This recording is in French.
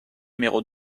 numéros